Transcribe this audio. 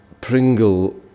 Pringle